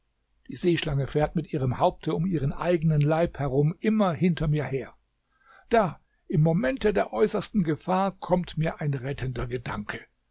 die seeschlange fährt mit ihrem haupte um ihren eigenen leib herum immer hinter mir her da im momente der äußersten gefahr kommt mir ein rettender gedanke